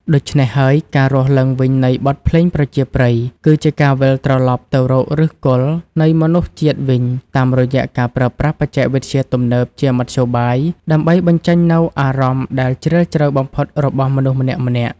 ដូច្នេះហើយ ការរស់ឡើងវិញនៃ បទភ្លេងប្រជាប្រិយ គឺជាការវិលត្រឡប់ទៅរកឫសគល់នៃមនុស្សជាតិវិញ តាមរយៈការប្រើប្រាស់បច្ចេកវិទ្យាទំនើបជាមធ្យោបាយដើម្បីបញ្ចេញនូវអារម្មណ៍ដែលជ្រាលជ្រៅបំផុតរបស់មនុស្សម្នាក់ៗ។